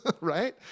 right